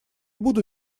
буду